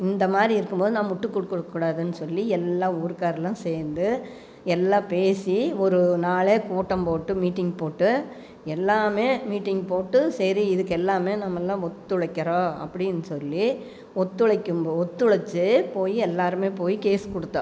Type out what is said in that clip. இந்தமாதிரி இருக்கும்போது நம்ம விட்டு கொடுக்கக்கூடாதுனு சொல்லி எல்லா ஊர்க்காரர்களும் சேர்ந்து எல்லாம் பேசி ஒரு நாள் கூட்டம் போட்டு மீட்டிங் போட்டு எல்லாம் மீட்டிங் போட்டு சரி இதுக்கு எல்லாமே நம்மெல்லாம் ஒத்துழைக்குறோம் அப்படினு சொல்லி ஒத்துழைக்கும் போ ஒத்துழைச்சி போய் எல்லோருமே போய் கேஸ் கொடுத்தோம்